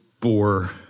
bore